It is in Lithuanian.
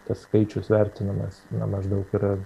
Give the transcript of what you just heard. tas skaičius vertinamas na maždaug yra